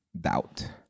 Doubt